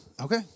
Okay